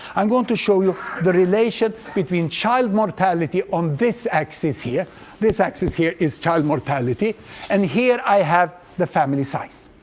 i'm going to show you the relationship between child mortality on this axis here this axis here is child mortality and here i have the family size.